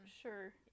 Sure